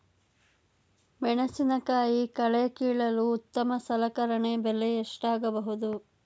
ಮೆಣಸಿನಕಾಯಿ ಕಳೆ ಕೀಳಲು ಉತ್ತಮ ಸಲಕರಣೆ ಬೆಲೆ ಎಷ್ಟಾಗಬಹುದು?